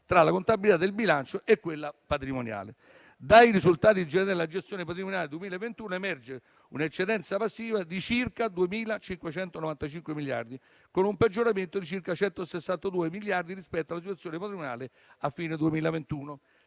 tra la contabilità del bilancio e quella patrimoniale. Dai risultati generali della gestione patrimoniale 2022 emerge una eccedenza passiva di circa 2.595 miliardi, con un peggioramento di circa 162 miliardi rispetto alla situazione patrimoniale a fine 2021.